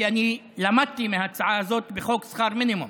כי אני למדתי מההצעה הזאת בחוק שכר מינימום,